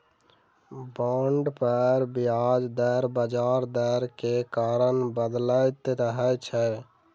bond पर ब्याज दर बजार दर के कारण बदलैत रहै छै